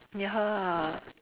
ya